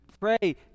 pray